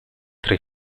tre